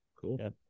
cool